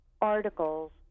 articles